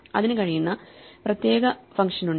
അതിനു കഴിയുന്ന പ്രത്യേക ഫംഗ്ഷനുണ്ട്